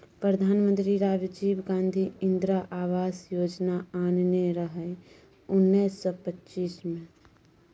प्रधानमंत्री राजीव गांधी इंदिरा आबास योजना आनने रहय उन्नैस सय पचासी मे